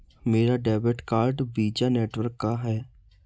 मेरा debit card Visa network का है